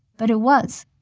but it was.